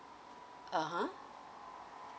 (uh huh)